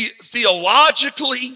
Theologically